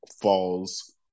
falls